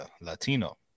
latino